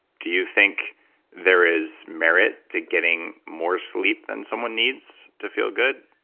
do you think there is merit to getting more sleep than someone needs to feel good?